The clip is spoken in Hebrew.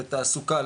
לתעסוקה,